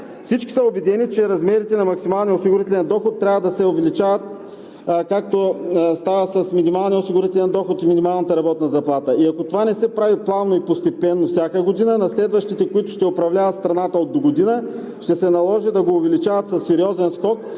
Всички са убедени, че размерите на максималния осигурителен доход трябва да се увеличават, както става с минималния осигурителен доход и минималната работна заплата. Ако това не се прави планово и постепенно всяка година – на следващите, които ще управляват страната от догодина, ще се наложи да го увеличават със сериозен скок,